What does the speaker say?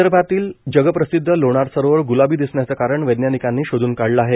विदर्भातील जगप्रसिद्ध लोणार सरोवर ग्लाबी दिसण्याचं कारण वैज्ञानिकांनी शोधून काढलं आहे